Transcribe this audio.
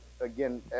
again